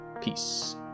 Peace